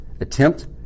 attempt